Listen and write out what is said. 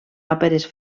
òperes